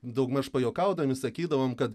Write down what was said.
daugmaž pajuokaudami sakydavom kad